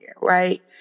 right